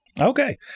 Okay